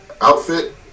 outfit